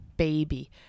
Baby